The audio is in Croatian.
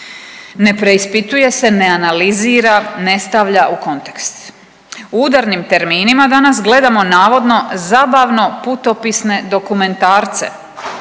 Ne preispituje se, ne analizira, ne stavlja u kontekst. U udarnim terminima danas gledamo navodno zabavno-putopisne dokumentarce